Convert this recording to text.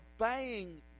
obeying